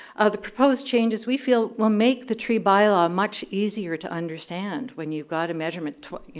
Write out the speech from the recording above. the proposed changes, we feel will make the tree by law much easier to understand when you've got a measurement, you